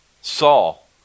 Saul